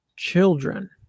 Children